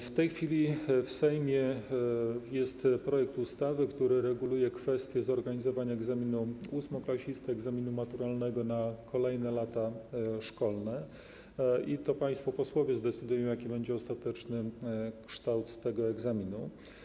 W tej chwili w Sejmie jest projekt ustawy, który reguluje kwestie zorganizowania egzaminu ósmoklasisty i egzaminu maturalnego w kolejnych latach szkolnych, i to państwo posłowie zdecydują, jaki będzie ostateczny kształt tych egzaminów.